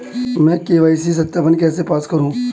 मैं के.वाई.सी सत्यापन कैसे पास करूँ?